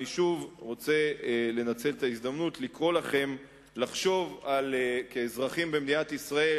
אני שוב רוצה לנצל את ההזדמנות לקרוא לכם לחשוב כאזרחים במדינת ישראל,